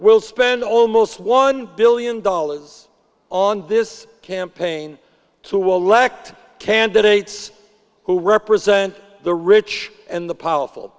will spend almost one billion dollars on this campaign to elect candidates who represent the rich and the powerful